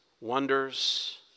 wonders